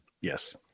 yes